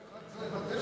לא צריך לבטל